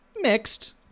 mixed